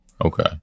Okay